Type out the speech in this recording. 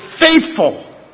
faithful